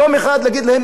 להפחיד אותם.